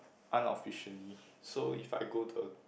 unofficially so if I go to a